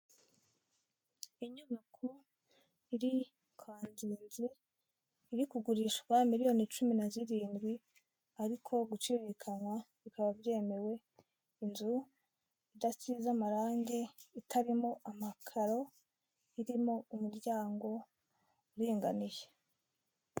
Inyubako iri Kanzenze iri kugurishwa miliyoni cumi na zirindwi ariko guciririkanwa bikaba byemewe, inzu idatize' amarangi, itarimo amakaro, irimo umuryango uringaniye.